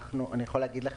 עצם זה שלא בנו את הקרן,